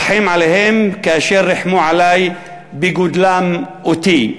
רחם עליהם כאשר ריחמו עלי בגדלם אותי.